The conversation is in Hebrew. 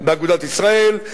באגודת ישראל,